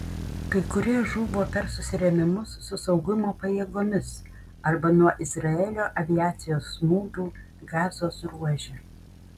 kai kurie žuvo per susirėmimus su saugumo pajėgomis arba nuo izraelio aviacijos smūgių gazos ruože